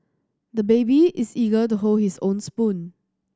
the baby is eager to hold his own spoon